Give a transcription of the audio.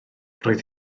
roedd